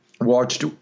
watched